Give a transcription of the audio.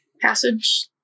Passage